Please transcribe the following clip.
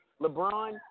LeBron